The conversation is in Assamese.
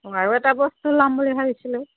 অঁ আৰু এটা বস্তু ল'ম বুলি ভাবিছিলোঁ